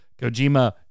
Kojima